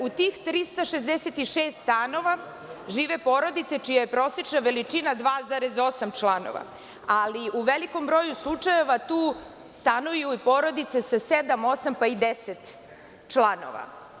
U tih 366 stanova žive porodice čija je prosečna veličina 2,8 članova, ali u velikom broju slučajeva tu stanuju i porodice sa sedam, osam, pa i deset članova.